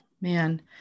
man